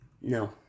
No